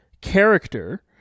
character